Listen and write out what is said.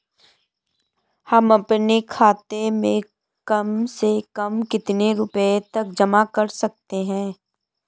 हम अपने खाते में कम से कम कितने रुपये तक जमा कर सकते हैं?